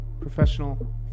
Professional